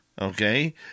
Okay